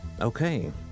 Okay